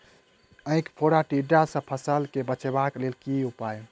ऐंख फोड़ा टिड्डा सँ फसल केँ बचेबाक लेल केँ उपाय?